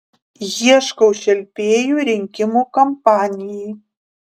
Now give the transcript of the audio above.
ieškau šelpėjų rinkimų kampanijai